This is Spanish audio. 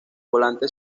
volante